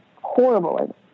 horrible